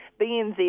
BNZ